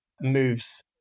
moves